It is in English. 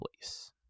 place